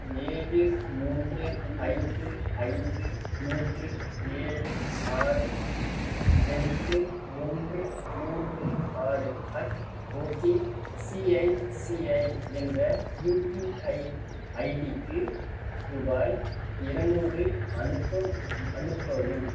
ஏழு மூன்று ஐந்து ஐந்து மூன்று ஏழு ஆறு ரெண்டு ஒன்று மூன்று ஆறு அட் ஓகேசிஐசிஐ என்ற யுபிஐ ஐடிக்கு ரூபாய் இருநூறு அனுப்ப அனுப்பவும்